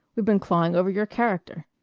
we've been clawing over your character.